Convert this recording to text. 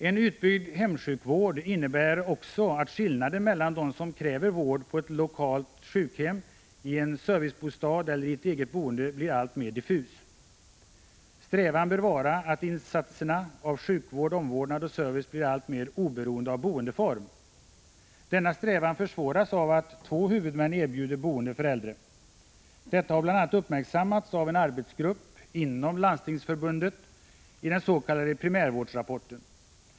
En utbyggd hemsjukvård innebär också att skillnaden mellan dem som kräver vård på ett lokalt sjukhem, i en servicebostad eller i ett eget boende blir alltmer diffus. Strävan bör vara att insatserna av sjukvård, omvårdnad och service skall bli alltmer oberoende av boendeform. Men detta försvåras av att två huvudmän erbjuder boende för äldre. Detta har bl.a. uppmärksammats av en arbetsgrupp inom Landstingsförbundet i den s.k. primärvårdsrapporten.